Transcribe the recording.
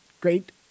great